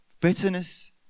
bitterness